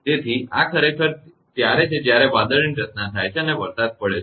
તેથી આ ખરેખર ત્યારે છે જ્યારે વાદળની રચના થાય છે અને વરસાદ પડે છે